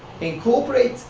incorporate